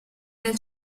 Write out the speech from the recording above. nel